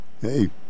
Hey